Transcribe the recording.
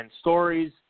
stories